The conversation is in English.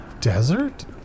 desert